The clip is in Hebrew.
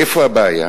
איפה הבעיה?